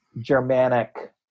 Germanic